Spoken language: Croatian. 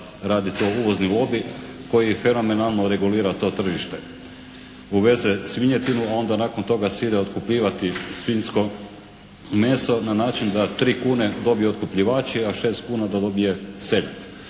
radi to uvozni lobi koji fenomenalno regulira to tržište. Uveze svinjetinu, a onda nakon toga se ide otkupljivati svinjsko meso na način da 3 kune dobiju otkupljivači, a 6 kuna da dobije seljak.